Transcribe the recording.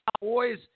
boys